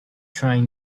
trying